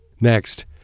Next